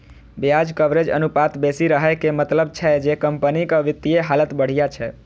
ब्याज कवरेज अनुपात बेसी रहै के मतलब छै जे कंपनीक वित्तीय हालत बढ़िया छै